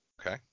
Okay